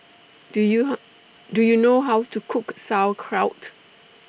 Do YOU How Do YOU know How to Cook Sauerkraut